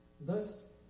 Thus